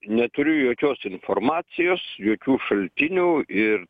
neturiu jokios informacijos jokių šaltinių ir